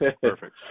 Perfect